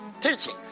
teaching